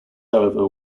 however